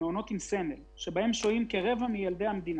רק למעונות עם הסמל שבהם שוהים כרבע מילדי המדינה,